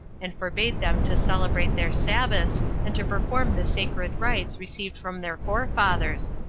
and forbade them to celebrate their sabbaths, and to perform the sacred rites received from their forefathers,